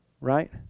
Right